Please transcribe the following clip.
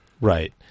Right